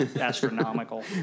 astronomical